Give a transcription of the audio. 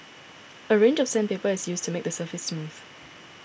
a range of sandpaper is used to make the surface smooth